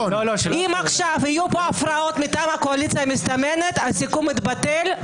אם עכשיו יהיו פה הפרעות מטעם הקואליציה המסתמנת הסיכום יתבטל,